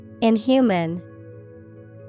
Inhuman